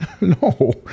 No